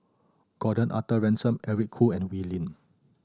Gordon Arthur Ransome Eric Khoo and Wee Lin